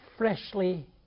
Freshly